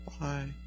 Bye